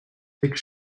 take